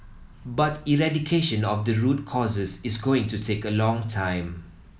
but eradication of the root causes is going to take a long time